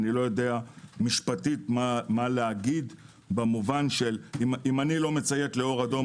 לא יודע משפטית מה לומר במובן של אם אני לא מציית לאור אדום,